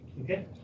okay